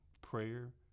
Prayer